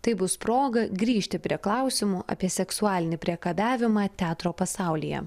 tai bus proga grįžti prie klausimų apie seksualinį priekabiavimą teatro pasaulyje